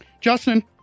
Justin